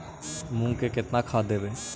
मुंग में केतना खाद देवे?